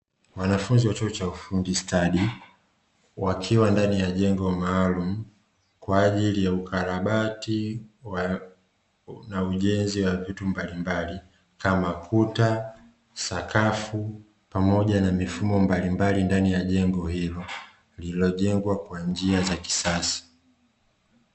Wanafunzi wa chuo cha ufundi stadi wakiwa ndani ya jengo maalumu kwa ajili ya ukarabati na ujenzi wa vitu mbalimbali kama kuta, sakafu pamoja na mifumo mbalimbali ndani ya jengo hilo lililojengwa kwa njia ya kisasa.